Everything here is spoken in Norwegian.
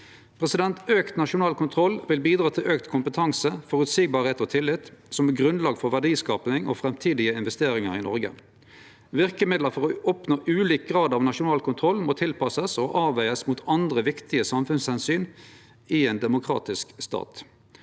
Auka nasjonal kontroll vil bidra til auka kompetanse, føreseielegheit og tillit som grunnlag for verdiskaping og framtidige investeringar i Noreg. Verkemiddel for å oppnå ulik grad av nasjonal kontroll må ein tilpasse og avvege mot andre viktige samfunnsomsyn i ein demokratisk stat.